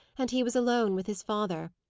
and he was alone with his father.